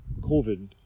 COVID